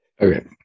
Okay